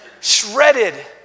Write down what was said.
shredded